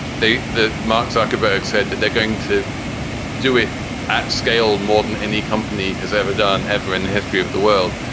they mark zuckerberg said that they're going to do it at scale more than any company has ever done ever in the history of the world.